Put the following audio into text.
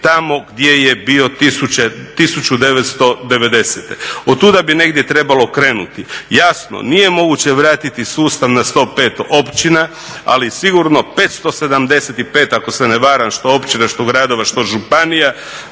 tamo gdje je bio 1990. Od tuda bi negdje trebalo krenuti. Jasno, nije moguće vratiti sustav na 105 općina, ali sigurno 575 ako se ne varam što općine, što gradova, što županija